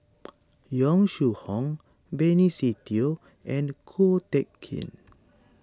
Yong Shu Hoong Benny Se Teo and Ko Teck Kin